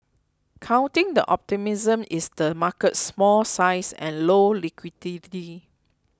countering the optimism is the market's small size and low liquidity